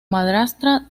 madrastra